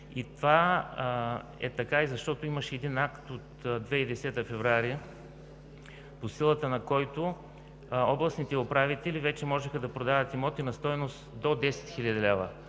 Това е така и защото имаше един акт от месец февруари 2010 г., по силата на който областните управители вече можеха да продават имоти на стойност до 10 хил.